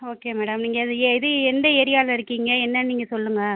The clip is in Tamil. ஓகே மேடம் நீங்கள் எ இது எந்த ஏரியாவில இருக்கீங்கள் என்னன்னு நீங்கள் சொல்லுங்கள்